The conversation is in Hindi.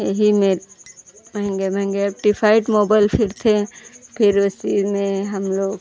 यही में महंगे महंगे टीफैड मोबाइल फिर थे फिर उसी में हम लोग